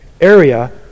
area